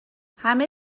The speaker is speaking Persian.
همه